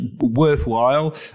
worthwhile